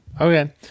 Okay